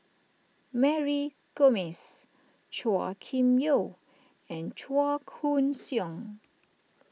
Mary Gomes Chua Kim Yeow and Chua Koon Siong